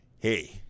Hey